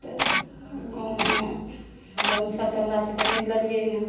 गाँवमे लोनसभ तऽ हमरासभके नहि लेलियै हँ